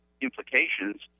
implications